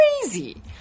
crazy